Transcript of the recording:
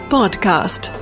Podcast